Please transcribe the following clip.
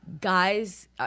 guys